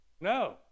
No